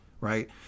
right